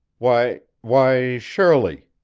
why why, surely,